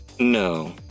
No